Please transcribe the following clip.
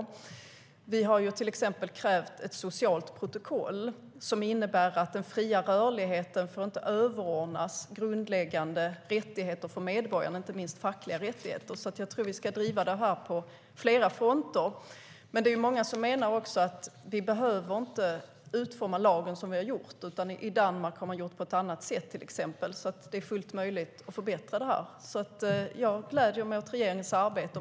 Vi har till exempel krävt ett socialt protokoll som innebär att den fria rörligheten inte får överordnas grundläggande rättigheter för medborgarna, inte minst fackliga rättigheter. Jag tror att vi ska driva det på flera fronter. Jag gläder mig åt regeringens arbete.